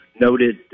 noted